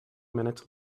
minutes